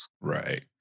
Right